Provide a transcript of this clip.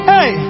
Hey